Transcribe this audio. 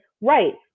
right